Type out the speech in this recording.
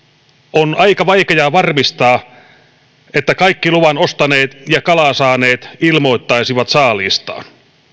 on aika vaikea varmistaa että kaikki luvan ostaneet ja kalaa saaneet ilmoittaisivat saaliistaan